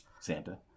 Santa